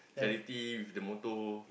charity with the motor